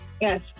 Yes